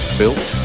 built